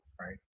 right